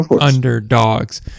underdogs